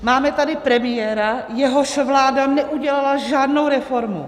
Máme tady premiéra, jehož vláda neudělala žádnou reformu.